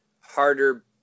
harder